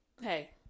hey